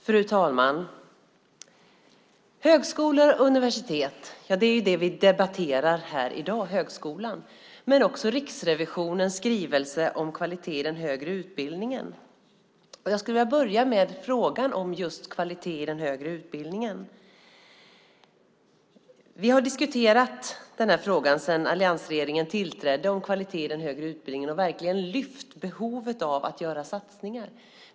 Fru talman! Högskolor och universitet är det vi debatterar här i dag, men också Riksrevisionens skrivelse om kvalitet i den högre utbildningen. Jag skulle vilja börja med just frågan om kvalitet i den högre utbildningen. Vi har diskuterat frågan om kvalitet i den högre utbildningen sedan alliansregeringen tillträdde och verkligen lyft fram behovet av att göra satsningar.